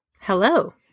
Hello